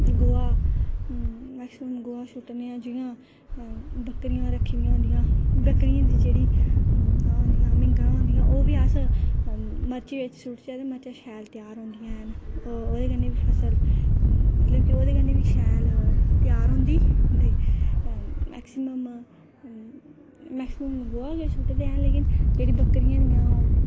गोहा मैक्सीमम गोहा सु'ट्टने आं जि'यां बकरियां रक्खी दियां होंदियां बकरियें दी जेह्ड़ी ओह् होंदियां मिंगनां होंदियां ओह् बी अस मिर्ची बिच सु'टचै ते मता शैल त्यार होंदियां हैन ओह्दे कन्नै बी फसल मतलब कि ओह्दे कन्नै बी शैल त्यार होंदी ते मैक्सीमम मैक्सीमम गोहा गै सु'टदे हैन लेकिन जेहड़ी बकरियें दियां